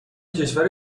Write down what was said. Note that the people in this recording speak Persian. کشور